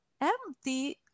empty